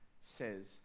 says